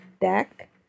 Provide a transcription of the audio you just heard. deck